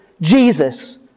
Jesus